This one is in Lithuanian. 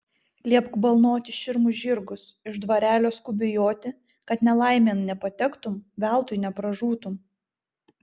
liepk balnoti širmus žirgus iš dvarelio skubiai joti kad nelaimėn nepatektum veltui nepražūtum